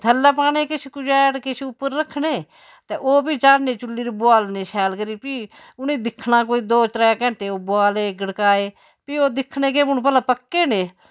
थल्लै पाने किस खुजैट किश उप्पर रक्खने ते ओह् बिच्चा नेईं चुल्ली उप्पर बुआलने शैल करी फ्ही उनें गी दिक्खना कोई दो त्रै घैंटे ओह् बुआले गड़काए फ्ही ओह् दिक्खने कि हून भला पक्के न एह्